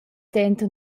denter